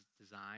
design